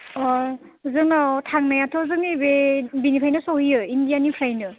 अ जोंनाव थांनायाथ' जोंनि बे बेनिफ्रायनो सहैयो इण्डियानिफ्रायनो